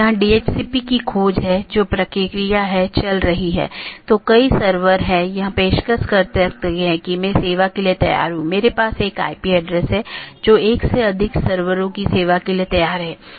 इसलिए दूरस्थ सहकर्मी से जुड़ी राउटिंग टेबल प्रविष्टियाँ अंत में अवैध घोषित करके अन्य साथियों को सूचित किया जाता है